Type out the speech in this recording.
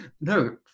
no